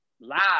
Live